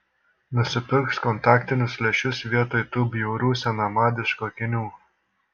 nusipirks kontaktinius lęšius vietoj tų bjaurių senamadiškų akinių